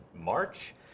March